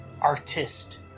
artist